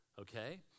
okay